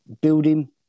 building